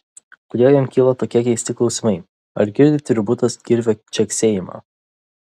kodėl jam kyla tokie keisti klausimai ar girdi tvirbutas kirvio čeksėjimą